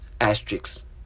asterisks